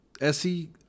SE